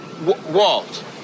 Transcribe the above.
Walt